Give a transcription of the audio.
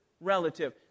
relative